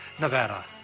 Nevada